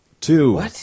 Two